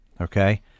okay